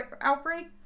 outbreak